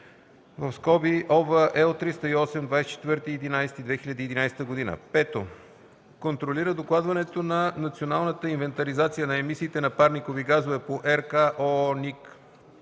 (ОВ, L 308, 24/11/2011); 5. контролира докладването на националната инвентаризация на емисиите на парникови газове по РКООНИК